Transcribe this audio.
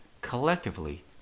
collectively